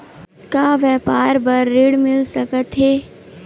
का व्यापार बर ऋण मिल सकथे?